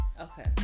Okay